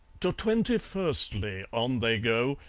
to twenty-firstly on they go,